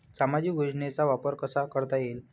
सामाजिक योजनेचा वापर कसा करता येईल?